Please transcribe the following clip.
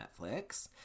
Netflix